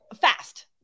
fast